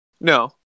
No